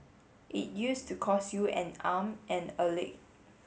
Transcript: it used to cost you an arm and a leg